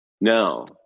No